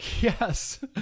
Yes